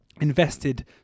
invested